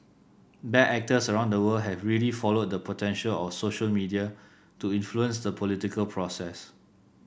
bad actors around the world have really followed the potential of social media to influence the political process